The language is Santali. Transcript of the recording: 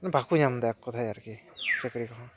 ᱵᱟᱠᱚ ᱧᱟᱢ ᱮᱫᱟ ᱮᱠ ᱠᱚᱛᱷᱟᱭ ᱟᱨᱠᱤ ᱪᱟᱹᱠᱨᱤ ᱠᱚᱦᱚᱸ